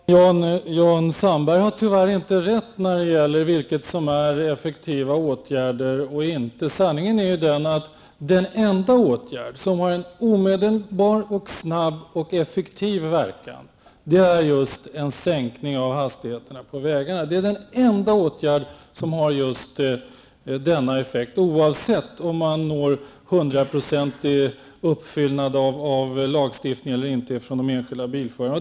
Fru talman! Jan Sandberg har tyvärr inte rätt när det gäller vad som är effektiva åtgärder och vad som inte är det. Sanningen är den att den enda åtgärd som har en omedelbar, snabb och effektiv verkan är en sänkning av hastigheterna på vägarna. Det är den enda åtgärd som har just denna effekt, oavsett om man når en hundraprocentig åtlydnad av lagstiftning eller inte från de enskilda bilförarna.